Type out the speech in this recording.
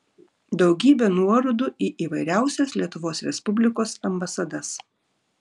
daugybė nuorodų į įvairiausias lietuvos respublikos ambasadas